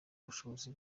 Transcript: bushobozi